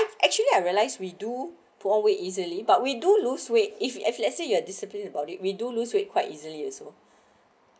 actually I realize we do fall weight easily but we do lose weight if you if let's say you are disciplined about it we do lose weight quite easily also